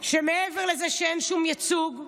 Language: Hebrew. מעבר לזה שאין שום ייצוג,